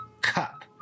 cup